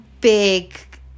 big